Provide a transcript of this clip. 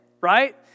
right